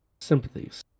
sympathies